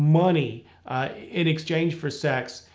money in exchange for sex,